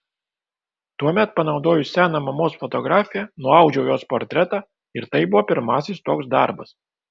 tuomet panaudojus seną mamos fotografiją nuaudžiau jos portretą ir tai buvo pirmasis toks darbas